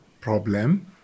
problem